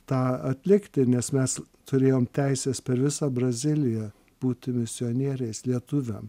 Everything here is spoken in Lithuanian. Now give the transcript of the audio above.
tą atlikti nes mes turėjom teises per visą braziliją būti misionieriais lietuviam